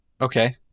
Okay